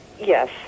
Yes